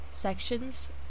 Sections